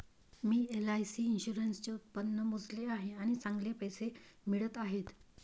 मी LIC इन्शुरन्सचे उत्पन्न मोजले आहे आणि चांगले पैसे मिळत आहेत